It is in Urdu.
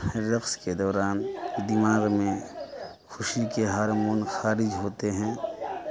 رقص کے دوران دماغ میں خوشی کے ہارمون خارج ہوتے ہیں